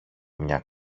μια